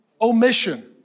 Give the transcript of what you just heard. omission